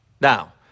Now